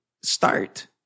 start